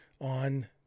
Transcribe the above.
on